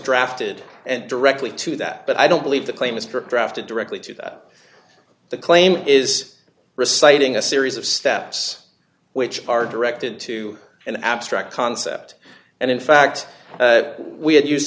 drafted and directly to that but i don't believe the claim is correct drafted directly to that the claim is reciting a series of steps which are directed to an abstract concept and in fact we had used